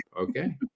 Okay